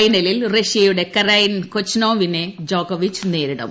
ഫൈനലിൽ റഷ്യയുടെ കരൈൻ കൊച്ച്നോവിനെ ജോക്കോവിച്ച് നേരിടും